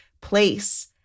place